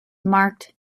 marked